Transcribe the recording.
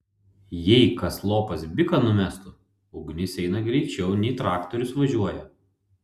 jei kas lopas biką numestų ugnis eina greičiau nei traktorius važiuoja